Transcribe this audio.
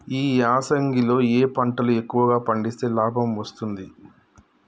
ఈ యాసంగి లో ఏ పంటలు ఎక్కువగా పండిస్తే లాభం వస్తుంది?